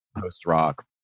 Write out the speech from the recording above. post-rock